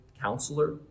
counselor